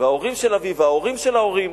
וההורים של אביו, וההורים של ההורים,